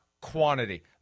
quantity